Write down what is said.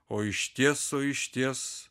o išties o išties